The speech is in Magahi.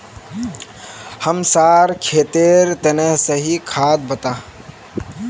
हमसार खेतेर तने सही खाद बता